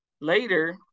Later